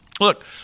Look